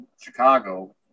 chicago